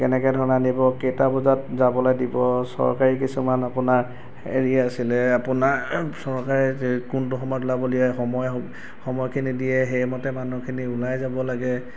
কেনেকৈ ধৰণে আনিব কেইটা বজাত যাবলৈ দিব চৰকাৰী কিছুমান আপোনাৰ হেৰি আছিলে আপোনাৰ চৰকাৰে কোনটো সময়ত ওলাব দিয়ে সময় সময়খিনি দিয়ে সেইমতে মানুহখিনি ওলাই যাব লাগে